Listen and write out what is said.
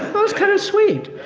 was kind of sweet.